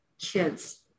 kids